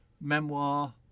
memoir